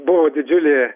buvo didžiulė